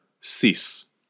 cease